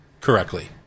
correctly